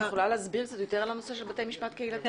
את יכולה להסביר קצת יותר על בתי משפט קהילתיים?